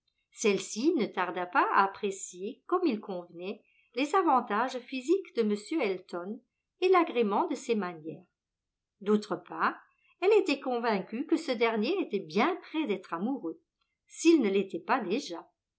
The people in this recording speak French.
celle-ci ne tarda pas à apprécier comme il convenait les avantages physiques de m elton et l'agrément de ses manières d'autre part elle était convaincue que ce dernier était bien près d'être amoureux s'il ne l'était pas déjà